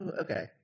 Okay